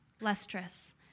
lustrous